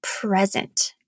present